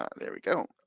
ah there we go.